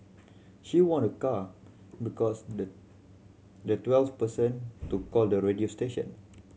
she won a car because the the twelfth person to call the radio station